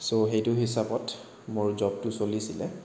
চ' সেইটো হিচাপত মোৰ জবটো চলিছিল